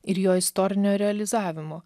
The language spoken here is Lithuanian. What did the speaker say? ir jo istorinio realizavimo